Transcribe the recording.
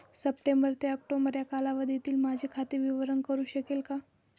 September ते October या कालावधीतील माझे खाते विवरण कळू शकेल का?